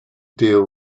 deal